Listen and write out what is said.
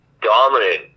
dominant